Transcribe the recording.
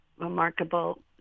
remarkable